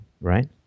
right